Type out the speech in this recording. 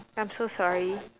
I'm so sorry